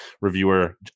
reviewer